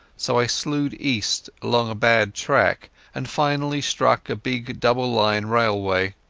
so i slewed east along a bad track and finally struck a big double-line railway.